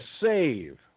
save